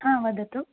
हा वदतु